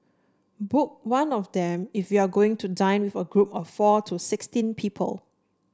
book one of them if you are going to dine with a group of four to sixteen people